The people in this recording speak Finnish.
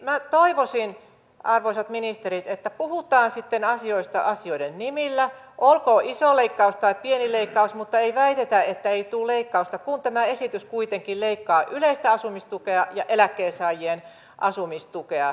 eli minä toivoisin arvoisat ministerit että puhutaan sitten asioista asioiden nimillä olkoon iso leikkaus tai pieni leikkaus mutta ei väitetä että ei tule leikkausta kun tämä esitys kuitenkin leikkaa yleistä asumistukea ja eläkkeensaajien asumistukea